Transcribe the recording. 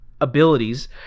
abilities